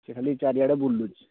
ସେ ଖାଲି ଚାରିଆଡ଼େ ବୁଲୁଛି